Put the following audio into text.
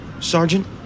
Sergeant